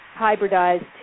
hybridized